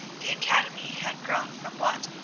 the academy had grown from what,